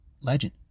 legend